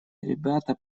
ребята